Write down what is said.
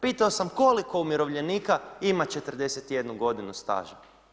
Pitao sam koliko umirovljenika ima 41 godinu staža.